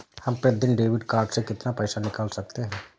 हम प्रतिदिन debit card से कितना पैसा निकाल सकते हैं?